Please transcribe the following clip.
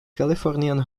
californian